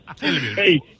Hey